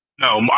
No